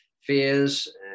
fears